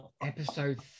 episode